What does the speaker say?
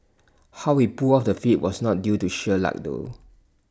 how he pulled off the feat was not due to sheer luck though